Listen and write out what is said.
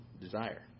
desire